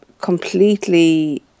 completely